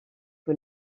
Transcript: que